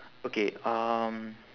okay um